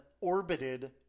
orbited